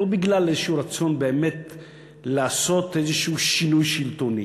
לא בגלל איזשהו רצון לעשות איזשהו שינוי שלטוני,